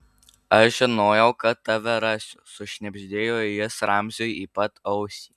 aš žinojau kad tave rasiu sušnibždėjo jis ramziui į pat ausį